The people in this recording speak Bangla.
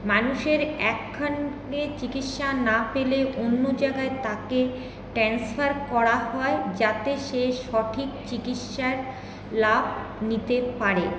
মানুষের একখানে চিকিৎসা না পেলে অন্য জায়গায় তাকে ট্র্যান্সফার করা হয় যাতে সে সঠিক চিকিৎসার লাভ নিতে পারে